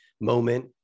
moment